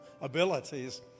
abilities